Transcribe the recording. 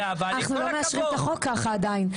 אנחנו לא מאשרים את החוק ככה עדיין.